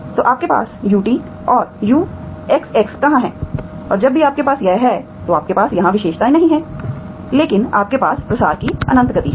तो आपके पास ut और uxxकहाँ है और जब भी आपके पास यह है तो आपके पास यहां विशेषताएं नहीं हैं लेकिन आपके पास प्रसार की अनंत गति है